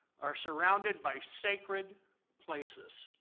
are surrounded by sacred places.